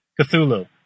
Cthulhu